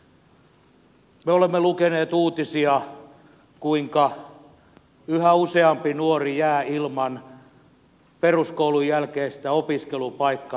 me olemme lukeneet uutisia kuinka yhä useampi nuori jää ilman peruskoulun jälkeistä opiskelupaikkaa